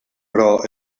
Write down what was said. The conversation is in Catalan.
però